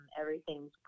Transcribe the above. everything's